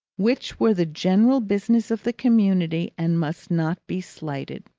which were the general business of the community and must not be slighted.